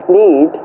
need